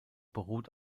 beruht